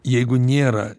jeigu nėra